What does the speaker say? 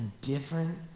different